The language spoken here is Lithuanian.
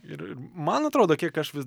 ir man atrodo kiek aš vis